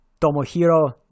Tomohiro